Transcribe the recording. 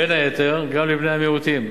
בין היתר גם לבני המיעוטים.